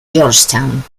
georgetown